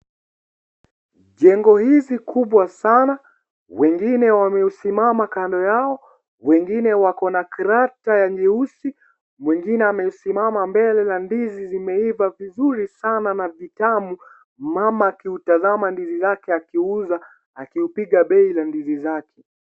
Jengo hizi kubwa sana , wengine wamesimama kando yao, wengine wako na rasta ya nyeusi , wengine amesimama mbele ya ndizi zimeiva vizuri Sana na vitamu. Mama akiutazama ndizi zake akiuza, akiupiga beinya ndizi zake.